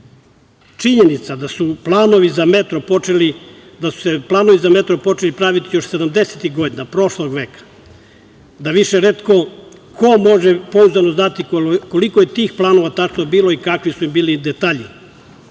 Činjenica da su se planovi za metro počeli praviti još 70-tih godina prošlog veka, da više retko ko može pouzdano znati koliko je tih planova tačno bilo i kakvi su im bili detalji,